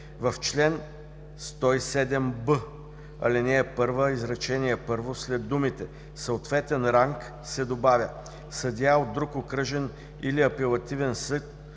В чл. 107б, ал. 1, изречение първо след думите „съответен ранг“ се добавя „съдия от друг окръжен или апелативен съд